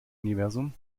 universum